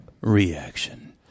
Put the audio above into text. reaction